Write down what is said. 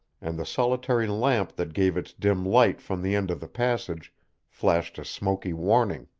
and the solitary lamp that gave its dim light from the end of the passage flashed a smoky warning.